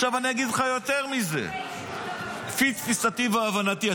עכשיו אני אגיד לך יותר מזה, לפי תפיסתי והבנתי.